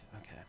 okay